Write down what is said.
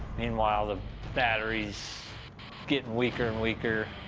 meanwhile, the battery's getting weaker and weaker,